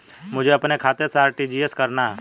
मुझे अपने खाते से आर.टी.जी.एस करना?